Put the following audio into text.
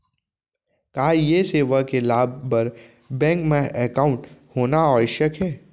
का ये सेवा के लाभ बर बैंक मा एकाउंट होना आवश्यक हे